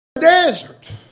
desert